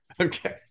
Okay